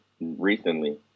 recently